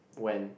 when